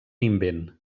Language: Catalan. invent